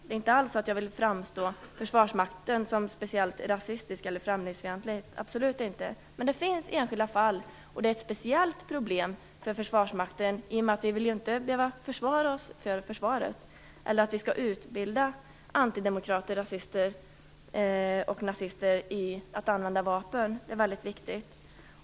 Det är inte alls så att jag vill framställa Försvarsmakten som speciellt rasistisk eller främlingsfientlig, absolut inte. Men det finns enskilda fall, och det är ett speciellt problem för Försvarsmakten i och med att vi inte vill behöva försvara oss mot försvaret eller utbilda antidemokrater, rasister och nazister att använda vapen. Det är väldigt viktigt.